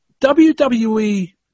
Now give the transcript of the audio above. WWE